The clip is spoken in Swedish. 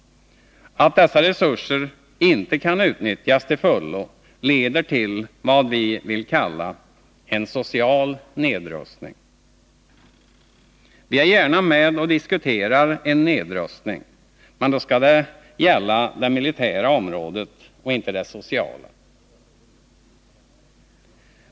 Att dessa resurser inte kan utnyttjas till fullo leder till vad vi vill kalla en social nedrustning. Vi är gärna med och diskuterar en nedrustning, men då skall det gälla det militära området och inte det sociala.